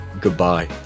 goodbye